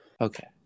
Okay